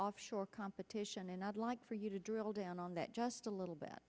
offshore competition and i'd like for you to drill down on that just a little bit